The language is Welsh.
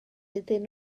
iddyn